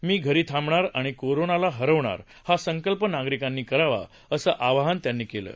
मी घरी थांबणार आणि कोरोनाला हरवणार हा संकल्प नागरिकांनी करावा असं आवाहन टोपे यांनी केलं आहे